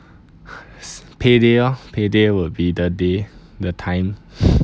pay day lor pay day will be the day the time